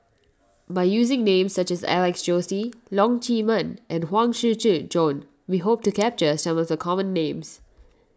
by using names such as Alex Josey Leong Chee Mun and Huang Shiqi Joan we hope to capture some of the common names